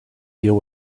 deal